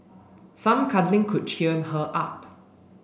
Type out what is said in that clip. some cuddling could cheer her up